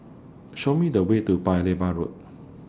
Show Me The Way to Paya Lebar Road